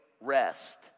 rest